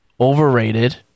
overrated